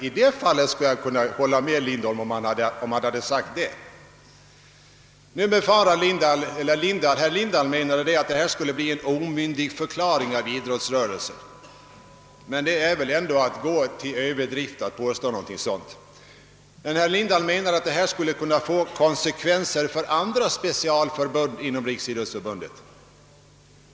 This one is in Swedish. Herr Lindahl menade att ett bifall till reservationen skulle innebära en omyndigförklaring av idrottsrörelsen. Att påstå något sådant är väl ändå en överdrift. Herr Lindahl menade också att det skulle kunna bli konsekvenser för andra specialförbund inom Riksidrottsförbundet.